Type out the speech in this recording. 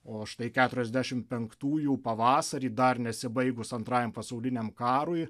o štai keturiasdešim penktųjų pavasarį dar nesibaigus antrajam pasauliniam karui